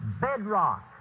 bedrock